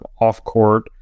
off-court